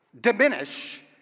diminish